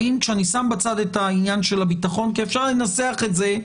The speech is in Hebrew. האם כשאני שם בצד את העניין של הביטחון כי אפשר לנסח את זה,